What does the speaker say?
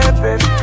baby